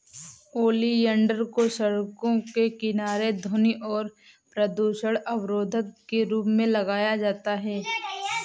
oleander को सड़कों के किनारे ध्वनि और प्रदूषण अवरोधक के रूप में लगाया जाता है